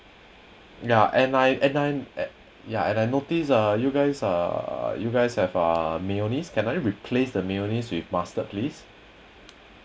yeah and I and I at and I notice uh you guys uh you guys have ah mayonnaise can I replace the mayonnaise with mustard please